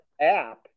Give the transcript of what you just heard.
app